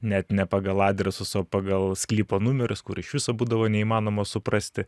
net ne pagal adresus o pagal sklypo numerius kur iš viso būdavo neįmanoma suprasti